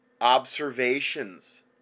observations